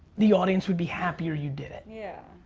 the audience would be happier you did it. yeah.